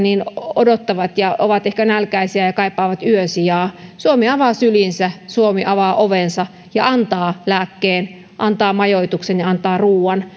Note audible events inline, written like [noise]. odottavat ja ovat ehkä nälkäisiä ja kaipaavat yösijaa suomi avaa sylinsä suomi avaa ovensa ja antaa lääkkeen antaa majoituksen ja antaa ruoan [unintelligible]